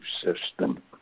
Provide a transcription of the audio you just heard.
system